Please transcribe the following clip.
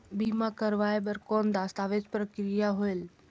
बीमा करवाय बार कौन दस्तावेज प्रक्रिया होएल?